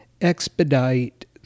expedite